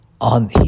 on